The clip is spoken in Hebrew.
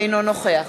אינו נוכח